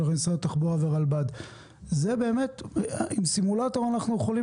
משרד התחבורה והרלב"ד --- עם סימולטור אנחנו יכולים